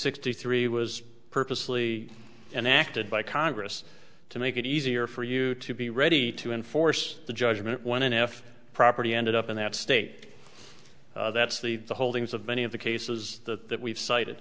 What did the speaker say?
sixty three was purposely enacted by congress to make it easier for you to be ready to enforce the judgment when an f property ended up in that state that's the holdings of many of the cases that that we've cited